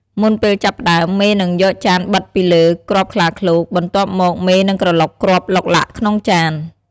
មុនពេលចាប់ផ្តើម មេនឹងយកចានបិទពីលើគ្រាប់ខ្លាឃ្លោក បន្ទាប់មកមេនឹងក្រឡុកគ្រាប់ឡុកឡាក់ក្នុងចាន។